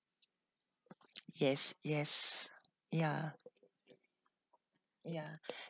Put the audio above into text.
yes yes ya ya